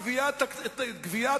גלעד